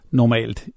normalt